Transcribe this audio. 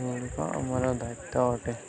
ମୋର ଦାୟିତ୍ୱ ଅଟେ